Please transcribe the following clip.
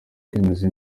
kwemezwa